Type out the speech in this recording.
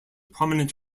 prominent